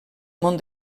món